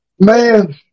Man